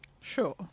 Sure